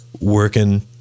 working